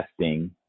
testing